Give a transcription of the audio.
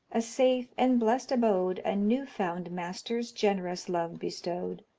a safe and blest abode a new-found master's generous love bestowed,